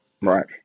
Right